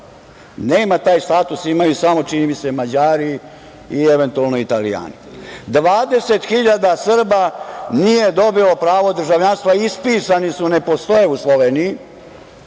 nema taj status. Imaju samo, čini mi se, Mađari i eventualno Italijani. Dakle, 20 hiljada Srba nije dobilo pravo državljanstva, ispisani su, ne postoje u Sloveniji,